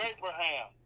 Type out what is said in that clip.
Abraham